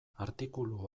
artikulu